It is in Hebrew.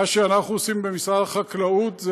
מה שאנחנו עושים במשרד החקלאות,